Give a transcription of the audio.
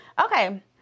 Okay